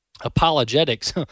apologetics